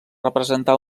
representar